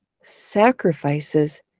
sacrifices